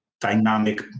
dynamic